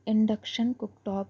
induction cook talk